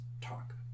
talk